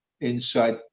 inside